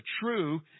true